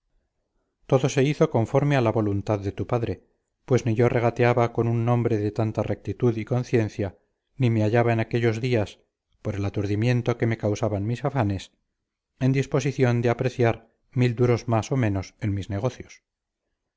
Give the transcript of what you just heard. todo se hizo conforme a la voluntad de tu padre pues ni yo regateaba con un hombre de tanta rectitud y conciencia ni me hallaba en aquellos días por el aturdimiento que me causaban mis afanes en disposición de apreciar mil duros más o menos en mis negocios